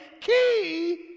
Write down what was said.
key